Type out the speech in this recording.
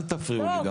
אל תפריעו לי גם,